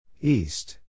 East